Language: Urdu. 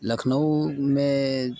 لکھنؤ میں